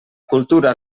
cultura